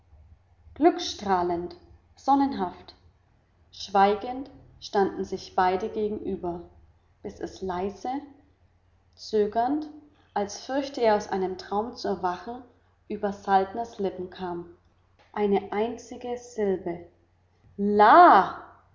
glückstrahlend sonnenhaft schweigend standen sich beide gegenüber bis es leise zögernd als fürchte er aus einem traum zu erwachen über saltners lippen kam eine einzige silbe